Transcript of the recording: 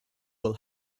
will